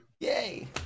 Yay